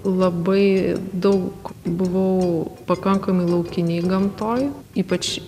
labai daug buvau pakankamai laukinėj gamtoj ypač